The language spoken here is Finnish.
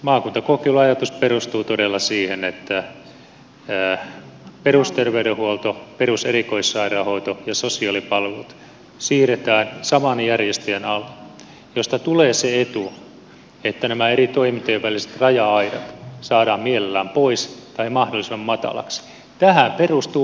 maakuntakokeiluajatus perustuu todella siihen että perusterveydenhuolto peruserikoissairaanhoito ja sosiaalipalvelut siirretään saman järjestäjän alle mistä tulee se etu että nämä eri toimintojen väliset raja aidat saadaan mielellään pois tai mahdollisimman mataliksi